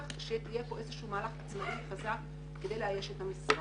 שיהיה פה מהלך מקצועי וחזק כדי לאייש את המשרה.